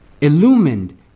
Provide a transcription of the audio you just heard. Illumined